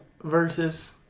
versus